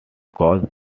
caused